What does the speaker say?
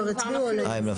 כבר הצביעו עליהם.